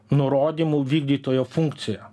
nurodymų vykdytojo funkciją